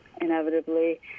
inevitably